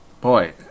Boy